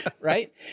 Right